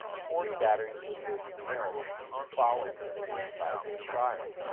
forty batteries will be mailed to you following the forty five day trial.